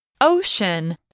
Ocean